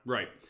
Right